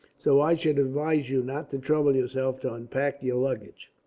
so i should advise you not to trouble yourself to unpack your luggage,